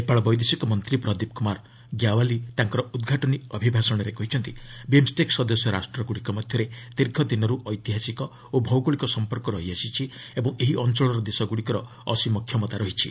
ନେପାଳ ବୈଦେଶିକ ମନ୍ତ୍ରୀ ପ୍ରଦୀପ କୁମାର ଗ୍ୟାଓ୍ବାଲି ତାଙ୍କର ଉଦ୍ଘାଟନୀ ଅଭିଭାଷଣରେ କହିଛନ୍ତି ବିମ୍ଷ୍ଟେକ୍ ସଦସ୍ୟ ରାଷ୍ଟ୍ରଗୁଡ଼ିକ ମଧ୍ୟରେ ଦୀର୍ଘଦିନରୁ ଐତିହାସିକ ଓ ଭୌଗୋଳିକ ସଫପର୍କ ରହିଆସିଛି ଓ ଏହି ଅଞ୍ଚଳର ଦେଶଗୁଡ଼ିକର ଅସୀମ କ୍ଷମତା ରହିଛି